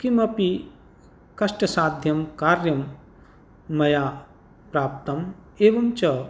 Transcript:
किमपि कष्टसाध्यं कार्यं मया प्राप्तम् एवं च